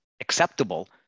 acceptable